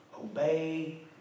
Obey